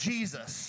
Jesus